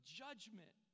judgment